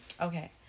okay